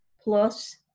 plus